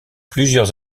plusieurs